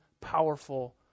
powerful